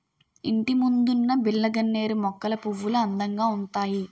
ఇంటిముందున్న బిల్లగన్నేరు మొక్కల పువ్వులు అందంగా ఉంతాయి